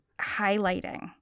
highlighting